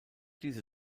diese